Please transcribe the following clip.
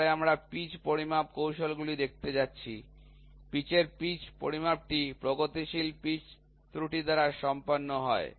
তারপরে আমরা পিচ পরিমাপ কৌশলগুলি দেখতে যাচ্ছি পিচের পিচ পরিমাপটি প্রগতিশীল পিচ ত্রুটি দ্বারা সম্পন্ন হয়